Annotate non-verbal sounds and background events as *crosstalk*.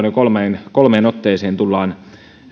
*unintelligible* jo kolmanteen otteeseen tullaan